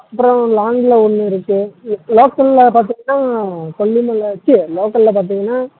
அப்புறம் லாங்கில ஒன்று இருக்கு லோக்கலில் பார்த்திங்கனா கொல்லிமலை சீ லோக்கலில் பார்த்திங்கனா